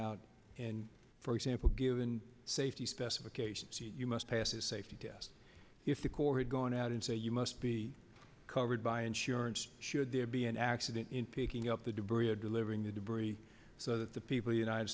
out and for example given safety specifications you must pass a safety test if the corps had gone out and say you must be covered by insurance should there be an accident in picking up the debris or delivering the debris so that the people united